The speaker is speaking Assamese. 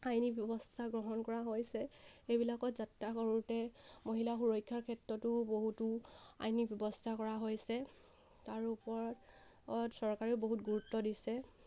আইনী ব্যৱস্থা গ্ৰহণ কৰা হৈছে সেইবিলাকত যাত্ৰা কৰোঁতে মহিলা সুৰক্ষাৰ ক্ষেত্ৰতো বহুতো আইনী ব্যৱস্থা কৰা হৈছে তাৰ ওপৰত অত চৰকাৰেও বহুত গুৰুত্ব দিছে